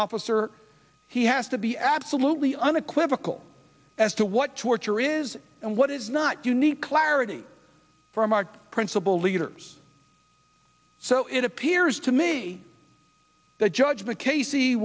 officer he has to be absolutely unequivocal as to what torture is and what is not unique clarity from our principal leaders so it appears to me that judge that casey